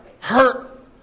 hurt